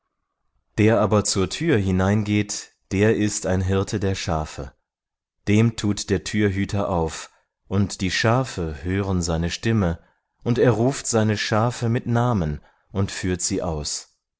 der aber zur tür hineingeht der ist ein hirte der schafe dem tut der türhüter auf und die schafe hören seine stimme und er ruft seine schafe mit namen und führt sie aus